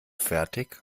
fertig